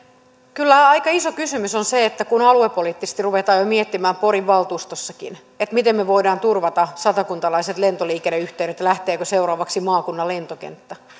kyllä aika iso kysymys on se että kun aluepoliittisesti ruvetaan jo miettimään porin valtuustossakin miten me voimme turvata satakuntalaiset lentoliikenneyhteydet lähteekö seuraavaksi maakunnan lentokenttä